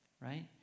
right